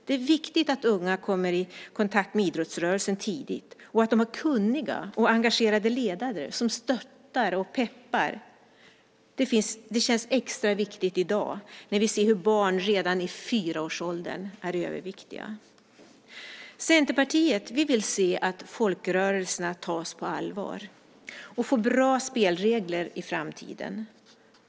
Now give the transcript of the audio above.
Det är viktigt att unga kommer i kontakt med idrottsrörelsen tidigt och att de har kunniga och engagerade ledare som stöttar och peppar. Det känns extra viktigt i dag när vi ser hur barn redan i fyraårsåldern är överviktiga. Centerpartiet vill se att folkrörelserna tas på allvar och får bra spelregler i framtiden.